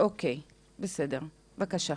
אוקיי, בסדר, בבקשה.